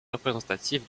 représentatif